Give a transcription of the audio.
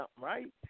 right